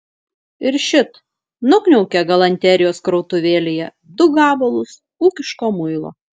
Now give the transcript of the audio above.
ir šit nukniaukė galanterijos krautuvėlėje du gabalus ūkiško muilo